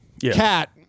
Cat